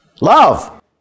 love